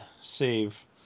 save